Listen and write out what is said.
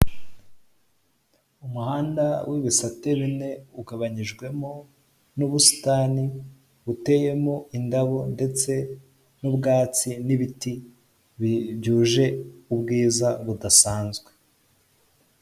Umuhanda w'ibisate bine ugabanyijwemo n'ubusitani buteyemo indabo ndetse n'ubwatsi n'ibiti byuje ubwiza budasanzwe.